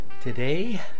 Today